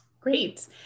Great